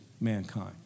mankind